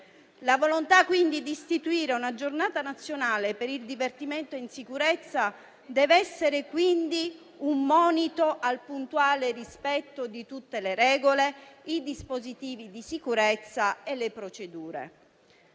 La volontà, quindi, di istituire una Giornata nazionale per il divertimento in sicurezza deve essere un monito al puntuale rispetto di tutte le regole, dei dispositivi di sicurezza e delle procedure.